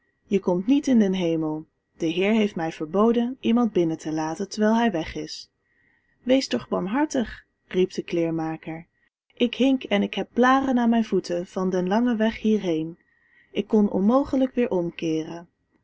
je komt niet in den hemel de heer heeft mij verboden iemand binnen te laten terwijl hij weg is wees toch barmhartig riep de kleermaker ik hink en ik heb blaaren aan mijn voeten van den langen weg hierheen ik kon onmogelijk weer omkeeren